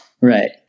Right